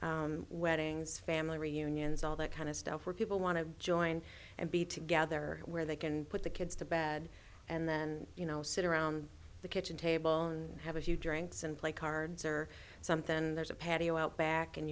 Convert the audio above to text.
family weddings family reunions all that kind of stuff where people want to join and be together where they can put the kids to bed and then you know sit around the kitchen table and have a few drinks and play cards or something and there's a patio out back and